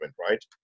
right